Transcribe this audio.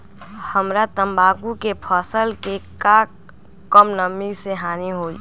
हमरा तंबाकू के फसल के का कम नमी से हानि होई?